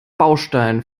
baustein